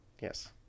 Yes